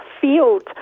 field